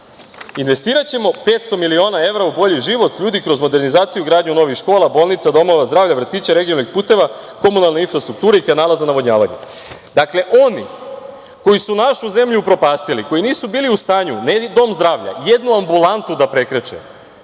investiraćemo 500 miliona evra u bolji život ljudi kroz modernizaciju i gradnju novih škola, bolnica, domova zdravlja, vrtića, regionalnih puteva, komunalne infrastrukture i kanala za navodnjavanje. Dakle, oni koji su našu zemlju upropastili, koji nisu bili u stanju, ne dom zdravlja, jednu ambulantu da prekreče,